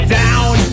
down